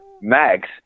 max